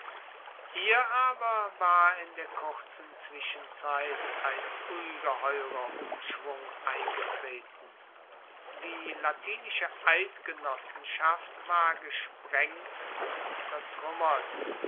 hier aber war in der kurzen zwischenzeit ein ungeheurer umschwung eingetreten die latinische eidgenossenschaft war gesprengt und zertruemmert